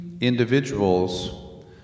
individuals